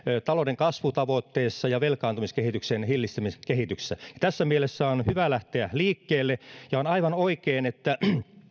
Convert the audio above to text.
talouden kasvutavoitteessa ja velkaantumiskehityksen hillitsemisessä tässä mielessä on hyvä lähteä liikkeelle ja on aivan oikein että